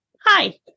hi